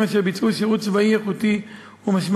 אשר ביצעו שירות צבאי איכותי ומשמעותי,